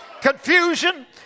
confusion